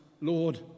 Lord